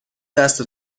دست